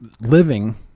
living